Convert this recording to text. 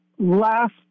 Last